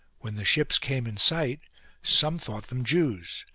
when the ships came in sight some thought them jews,